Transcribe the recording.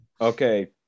Okay